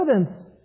evidence